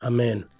Amen